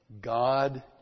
God